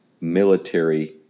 military